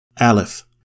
Aleph